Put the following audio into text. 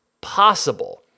possible